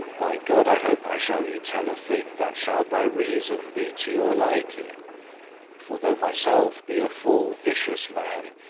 by god, i hope i shall you tell a thing that shall by reason be to your liking for though myself be a full vicious man,